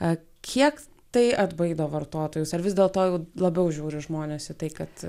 a kiek tai atbaido vartotojus ar vis dėlto labiau žiūri žmonės į tai kad